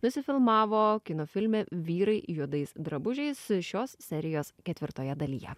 nusifilmavo kino filme vyrai juodais drabužiais šios serijos ketvirtoje dalyje